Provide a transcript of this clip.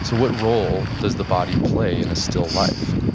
so what role does the body play in a still life?